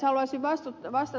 haluaisin vastata ed